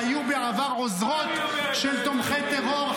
----- שהיו בעבר עוזרות של תומכי טרור,